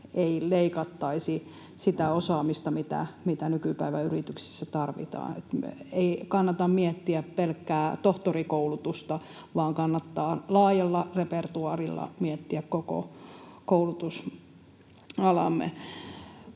ei leikattaisi sitä osaamista, mitä nykypäivän yrityksissä tarvitaan. Ei kannata miettiä pelkkää tohtorikoulutusta, vaan kannattaa laajalla repertuaarilla miettiä koko koulutusalaamme.